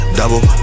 double